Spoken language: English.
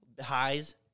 highs